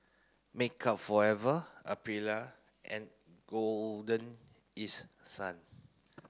Makeup Forever Aprilia and Golden East Sun